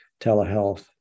telehealth